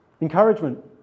Encouragement